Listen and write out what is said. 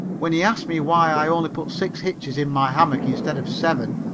when he asked me why i only put six hitches in my hammock instead of seven,